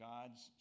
God's